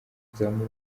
kuzamura